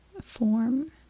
form